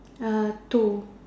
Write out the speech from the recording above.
uh two